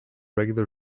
regular